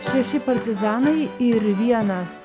šeši partizanai ir vienas